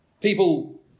People